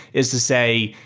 is to say,